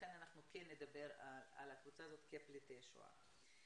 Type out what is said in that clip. לכן אנחנו כן נדבר על הקבוצה הזו כפליטי שואה.